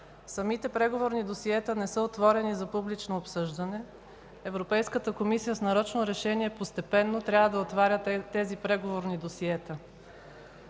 самите преговорни досиета не са отворени за публично обсъждане. Европейската комисия с нарочно решение постепенно трябва да отваря тези преговорни досиета.